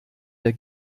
der